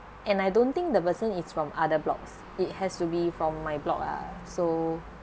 and I don't think the person is from other blocks it has to be from my block ah so